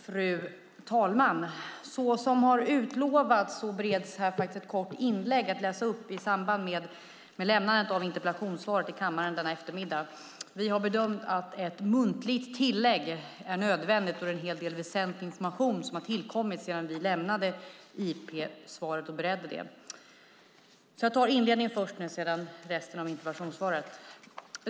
Fru talman! Vi har bedömt att det är nödvändigt att göra ett tillägg till interpellationssvaret i samband med överlämnandet här i kammaren. Det har nämligen tillkommit väsentlig information sedan vi utarbetade och lämnade interpellationssvaret. Jag läser först upp tillägget och sedan det ursprungliga interpellationssvaret. Fru talman!